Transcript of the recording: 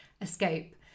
escape